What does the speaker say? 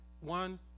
one